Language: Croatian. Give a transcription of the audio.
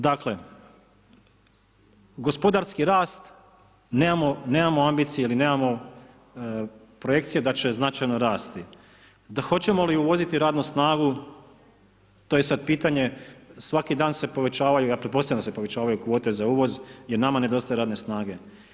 Dakle, gospodarski rast, nemamo ambicije ili nemamo projekcije da će značajno rasti, da hoćemo li uvoziti radnu snagu, to je sad pitanje, svaki dan se povećavaju, ja pretpostavljam da se povećavaju kvote za uvoz jer nama nedostaje radne snage.